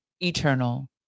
eternal